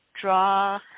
draw